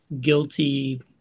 guilty